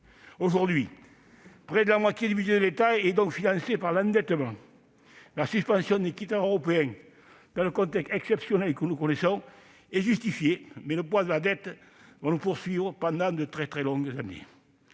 Aujourd'hui, près de la moitié du budget de l'État est donc financée par l'endettement. La suspension des critères européens est justifiée, dans le contexte exceptionnel que nous connaissons, mais le poids de la dette va nous poursuivre pendant de très longues années.